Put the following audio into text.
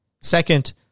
Second